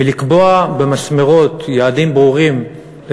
מלקבוע במסמרות יעדים ברורים,